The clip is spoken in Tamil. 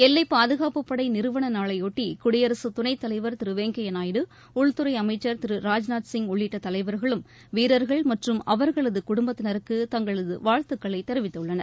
எல்லைப் பாதுகாப்புப் படை நிறுவன நாளையொட்டி குடியரசுத் துணைத் தலைவர் திரு வெங்கையா நாயுடு உள்துறை அமைச்சர் திரு ராஜ்நாத் சிங் உள்ளிட்ட தலைவர்களும் வீரர்கள் மற்றும் அவர்களது குடும்பத்தினருக்கு தங்களது வாழ்த்துக்களை தெரிவித்துள்ளனர்